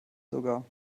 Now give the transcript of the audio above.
sogar